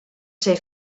ser